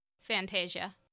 Fantasia